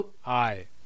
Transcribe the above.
Hi